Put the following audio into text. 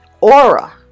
aura